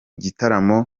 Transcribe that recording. gitaramo